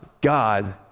God